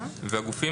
הגופים,